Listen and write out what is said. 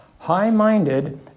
high-minded